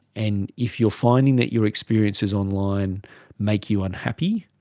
and if you are finding that your experiences online make you unhappy,